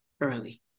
early